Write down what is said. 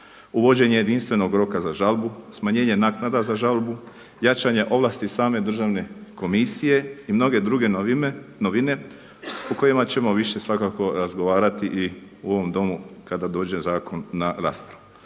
uvođenje jedinstvenog roka za žalbu, smanjenje naknada za žalbu, jačanja ovlasti same Državne komisije i mnoge druge novine u kojima ćemo više svakako razgovarati i u ovom domu kada dođe zakon na raspravu.